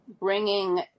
bringing